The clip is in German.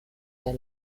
der